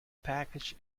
package